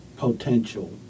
potential